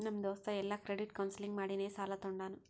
ನಮ್ ದೋಸ್ತ ಎಲ್ಲಾ ಕ್ರೆಡಿಟ್ ಕೌನ್ಸಲಿಂಗ್ ಮಾಡಿನೇ ಸಾಲಾ ತೊಂಡಾನ